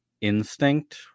instinct